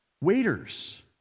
Waiters